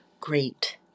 great